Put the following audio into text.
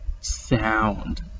sound